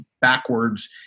backwards